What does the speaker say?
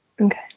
Okay